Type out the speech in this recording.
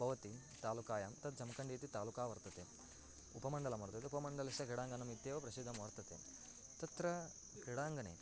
भवति तालुकायां तत् जम्कण्डीति तालुका वर्तते उपमण्डलं वर्तते उपमण्डलस्य कीडाङ्गनमित्येव प्रसिद्धं वर्तते तत्र क्रीडाङ्गने